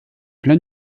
plein